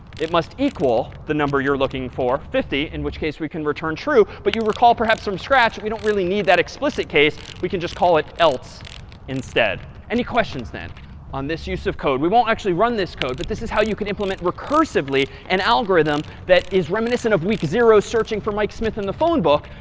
it must equal the number you're looking for, fifty, in which case we can return true. but you recall perhaps from scratch, we don't really need that explicit case. we can just call it else instead. any questions then on this use of code? we won't actually run this code. but this is how you can implement recursively an algorithm that is reminiscent of week zero searching for mike smith in the phone book,